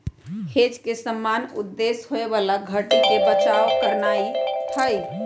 hedge के सामान्य उद्देश्य होयबला घट्टी से बचाव करनाइ हइ